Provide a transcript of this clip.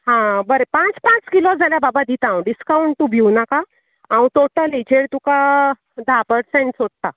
हां बरें पांच पांच किलो जाल्या बाबा दिता हांव डिकाउन्ट तूं भिवनाका हांव टोटल हेजेर तुका धा पर्सेंट सोडटां